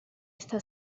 está